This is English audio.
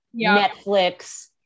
Netflix